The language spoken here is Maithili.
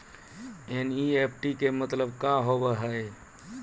एन.ई.एफ.टी के मतलब का होव हेय?